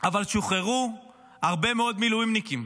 אבל שוחררו הרבה מאוד מילואימניקים.